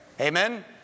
Amen